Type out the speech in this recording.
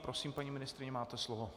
Prosím, paní ministryně, máte slovo.